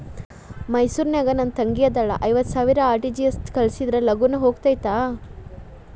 ಮೈಸೂರ್ ನಾಗ ನನ್ ತಂಗಿ ಅದಾಳ ಐವತ್ ಸಾವಿರ ಆರ್.ಟಿ.ಜಿ.ಎಸ್ ಕಳ್ಸಿದ್ರಾ ಲಗೂನ ಹೋಗತೈತ?